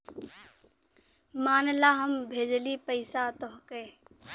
मान ला हम भेजली पइसा तोह्के